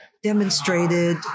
demonstrated